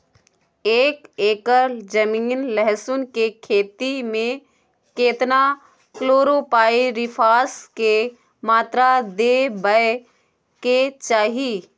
एक एकर जमीन लहसुन के खेती मे केतना कलोरोपाईरिफास के मात्रा देबै के चाही?